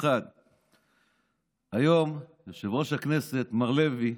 1. היום, יושב-ראש הכנסת, מר לוי,